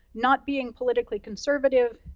not being politically conservative,